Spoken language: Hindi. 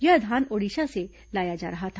यह धान ओडिशा से लाया जा रहा था